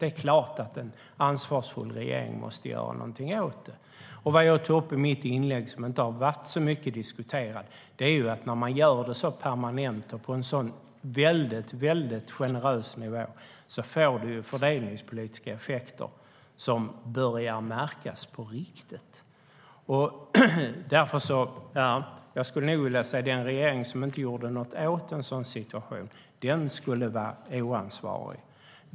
Det är klart att en ansvarsfull regering måste göra någonting åt det. Det som jag tog upp i mitt inlägg och som det inte har varit så mycket diskussion om är att när man gör det permanent och på en så väldigt generös nivå får det fördelningspolitiska effekter som börjar märkas på riktigt. Därför skulle jag nog vilja säga att en regering som inte gjorde något åt en sådan situation skulle vara oansvarig.